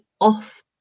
off